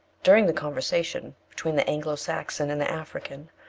during the conversation between the anglo-saxon and the african,